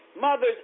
mothers